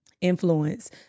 influence